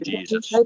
Jesus